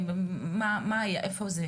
איפה זה?